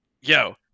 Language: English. yo